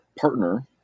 partner